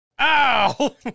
Ow